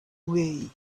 way